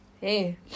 Hey